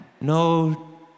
No